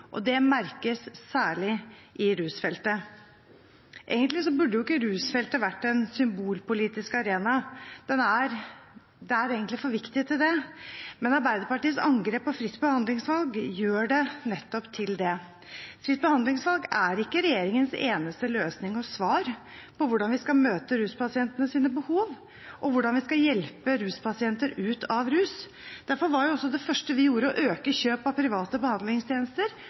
Det merkes særlig på rusfeltet. Egentlig burde ikke rusfeltet vært en symbolpolitisk arena, det er for viktig til det. Men Arbeiderpartiets angrep på fritt behandlingsvalg gjør det nettopp til det. Fritt behandlingsvalg er ikke regjeringens eneste løsning og svar på hvordan vi skal møte ruspasientenes behov, og hvordan vi skal hjelpe ruspasienter ut av rus. Derfor var det første vi gjorde, å øke kjøp av private behandlingstjenester